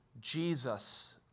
Jesus